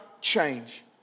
change